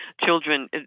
children